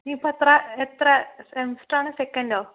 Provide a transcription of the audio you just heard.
നീ ഇപ്പോൾ എത്ര എത്ര സെമെസ്റ്ററാണ് സെക്കൻ്റോ